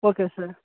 okay sir